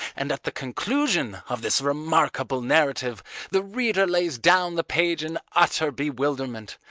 and at the conclusion of this remarkable narrative the reader lays down the page in utter bewilderment,